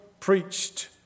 preached